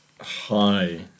Hi